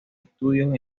estudios